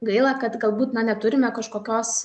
gaila kad galbūt na neturime kažkokios